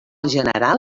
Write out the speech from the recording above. general